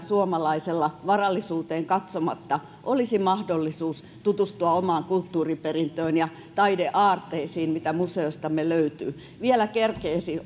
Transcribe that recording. suomalaisella varallisuuteen katsomatta olisi mahdollisuus tutustua omaan kulttuuriperintöön ja taideaarteisiin joita museoistamme löytyy vielä kerkeäisi